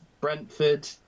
Brentford